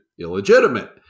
illegitimate